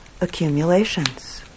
accumulations